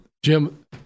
Jim